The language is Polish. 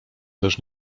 też